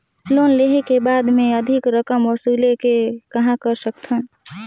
Loan लेहे के बाद मे अधिक रकम वसूले के कहां कर सकथव?